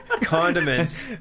condiments